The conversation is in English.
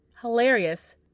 Hilarious